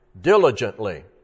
diligently